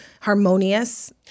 harmonious